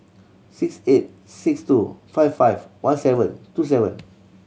six eight six two five five one seven two seven